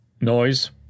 Noise